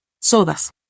sodas